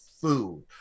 food